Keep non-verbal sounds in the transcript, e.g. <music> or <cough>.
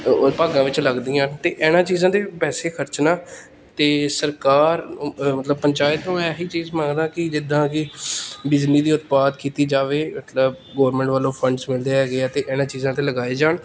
ਭਾਗਾਂ ਵਿੱਚ ਲੱਗਦੀਆਂ ਅਤੇ ਇਹਨਾਂ ਚੀਜ਼ਾਂ 'ਤੇ ਵੀ ਪੈਸੇ ਖਰਚਣਾ ਅਤੇ ਸਰਕਾਰ <unintelligible> ਮਤਲਬ ਪੰਚਾਇਤ ਨੂੰ ਇਹ ਹੀ ਚੀਜ਼ ਮੰਗਦਾ ਕਿ ਜਿੱਦਾਂ ਕਿ ਬਿਜਲੀ ਦੀ ਉਤਪਾਦ ਕੀਤੀ ਜਾਵੇ ਮਤਲਬ ਗੌਰਮੈਂਟ ਵੱਲੋਂ ਫੰਡਸ ਮਿਲਦੇ ਹੈਗੇ ਆ ਅਤੇ ਇਹਨਾਂ ਚੀਜ਼ਾਂ 'ਤੇ ਲਗਾਏ ਜਾਣ